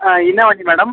ஆ என்ன வண்டி மேடம்